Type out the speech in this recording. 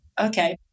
okay